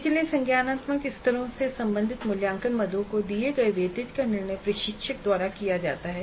निचले संज्ञानात्मक स्तरों से संबंधित मूल्यांकन मदों को दिए गए वेटेज का निर्णय प्रशिक्षक द्वारा किया जाता है